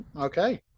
Okay